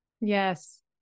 Yes